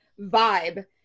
vibe